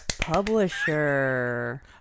publisher